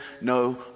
no